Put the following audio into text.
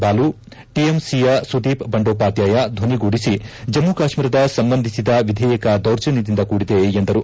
ಬಾಲು ಟಿಎಂಸಿಯ ಸುದೀಪ್ ಬಂಡೋಪಾಧ್ಯಾಯ ಧ್ವನಿಗೂಡಿಸಿ ಜಮ್ಮ ಕಾಶ್ಮೀರದ ಸಂಬಂಧಿಸಿದ ವಿಧೇಯಕ ದೌರ್ಜನ್ಯದಿಂದ ಕೂಡಿದೆ ಎಂದರು